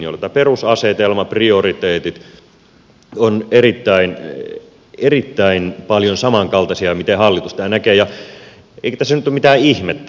tämä perusasetelma prioriteetit ovat erittäin paljon samankaltaisia miten hallitus tämän näkee eikä tässä nyt mitään ihmettä ole